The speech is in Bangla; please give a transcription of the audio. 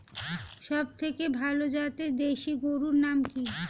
সবথেকে ভালো জাতের দেশি গরুর নাম কি?